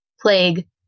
plague